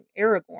aragorn